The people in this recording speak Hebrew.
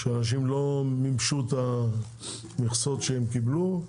אנשים לא מימשו את המכסות שהם קיבלו,